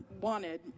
wanted